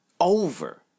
Over